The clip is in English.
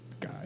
guy